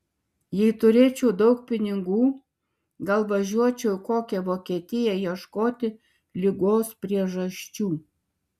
jei turėčiau daug pinigų gal važiuočiau į kokią vokietiją ieškoti ligos priežasčių